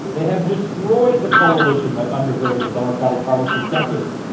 they have destroyed the coalition that undergirded the democratic party for decades.